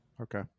Okay